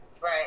right